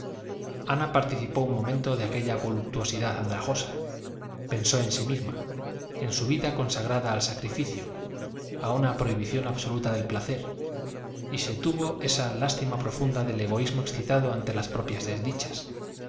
ana participó un momento de aquella voluptuosidad andrajosa pensó en sí misma en su vida consagrada al sacrificio a una prohibición absoluta del placer y se tuvo esa lástima profunda del egoísmo excitado ante las propias desdichas